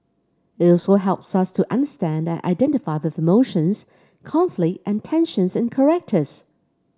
it also helps me to understand and identify with emotions conflict and tensions in characters